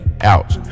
Ouch